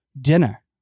dinner